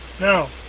now